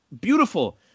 beautiful